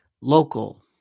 Local